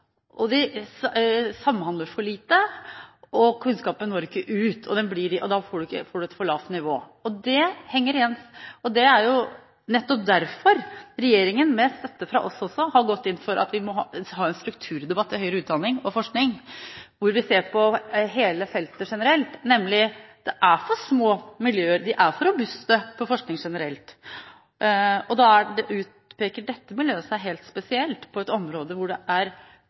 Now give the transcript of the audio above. samhandler for lite, og kunnskapen når ikke ut, og da får man et for lavt nivå. Det er nettopp derfor regjeringen med støtte også fra oss har gått inn for at vi må ha en strukturdebatt om høyere utdanning og forskning, hvor vi ser på hele feltet generelt. Det er nemlig for små miljøer, de er for lite robuste på forskning generelt, og da utpeker dette miljøet seg helt spesielt på et område hvor det rett og slett er